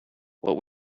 what